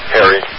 Harry